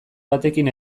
batekin